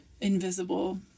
invisible